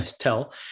tell